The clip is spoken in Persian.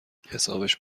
حسابش